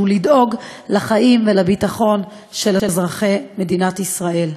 לדאוג לחיים ולביטחון של אזרחי מדינת ישראל.